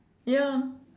ya